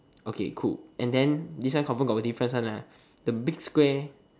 okay cool and then this one confirm got a difference one lah the big square